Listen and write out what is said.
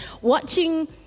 Watching